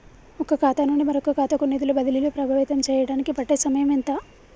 ఒక ఖాతా నుండి మరొక ఖాతా కు నిధులు బదిలీలు ప్రభావితం చేయటానికి పట్టే సమయం ఎంత?